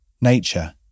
nature